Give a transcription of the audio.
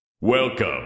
Welcome